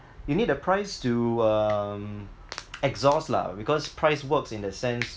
you need the price to um exhaust lah because price works in the sense